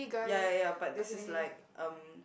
ya ya ya but this is like um